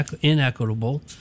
inequitable